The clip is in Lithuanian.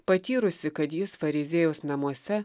patyrusi kad jis fariziejaus namuose